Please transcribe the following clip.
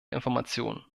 informationen